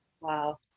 Wow